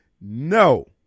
No